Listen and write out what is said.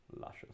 luscious